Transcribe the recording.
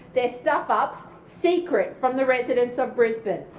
their stuff ups, secret from the residents of brisbane.